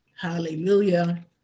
Hallelujah